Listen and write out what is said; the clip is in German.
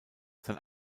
sein